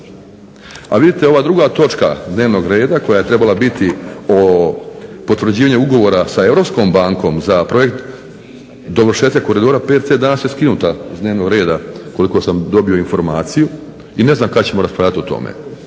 a vidite ova druga točka dnevnog reda koja je trebala biti o potvrđivanju ugovora sa Europskom bankom za projekt dovršetak koridora VC danas je skinuta s dnevnog reda koliko sam dobio informaciju, i ne znam kad ćemo raspravljati o tome,